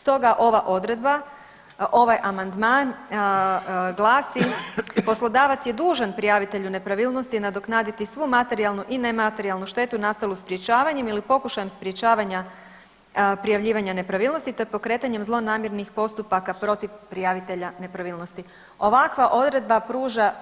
Stoga ova odredba, ovaj amandman glasi: „Poslodavac je dužan prijavitelju nepravilnosti nadoknaditi svu materijalnu i nematerijalnu štetu nastalu sprječavanjem ili pokušajem sprječavanja prijavljivanja nepravilnosti te pokretanjem zlonamjernih postupaka protiv prijavitelja nepravilnosti.“ Ovakva odredba pruža